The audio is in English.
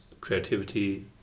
creativity